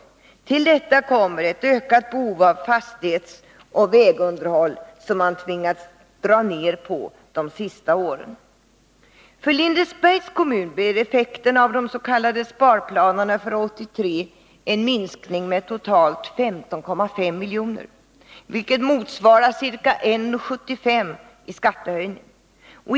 Till detta kommer ett ökat behov av fastighetsoch vägunderhåll som man tvingats dra ner på de senaste åren. För Lindesbergs kommun blir effekten av des.k. sparplanerna för 1983 en minskning med totalt 15,5 milj.kr., vilket motsvarar ca 1:75 kr. i skattehöjning.